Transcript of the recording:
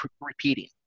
repeating